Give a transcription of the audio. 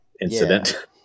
incident